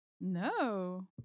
No